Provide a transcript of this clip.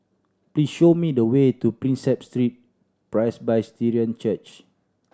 please show me the way to Prinsep Street Presbyterian Church